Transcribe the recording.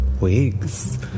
Wigs